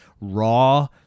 raw